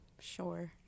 Sure